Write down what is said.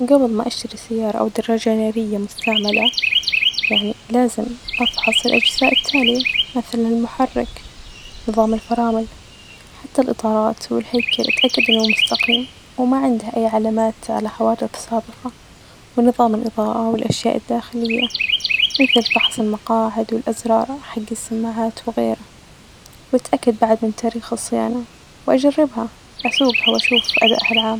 جبل ما أشتري سيارة أو دراجة نارية مستعملة، يعني لازم أفحص الأجزاء التالية مثلا المحرك ،نظام الفرامل، حتي الإطارات والهيكل أتأكد أنه مستقيم وما عندة أي علامات لحوادث سابقة، ونظام الإظاءة والأشياء الداخلية ،مثل فحص المقاعد والأزرار حج السماعات وغيرة وأتأكد بعد من تاريخ الصيانة وأجربها أسوجها وأشوف أدائها العام.